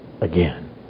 again